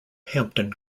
hampton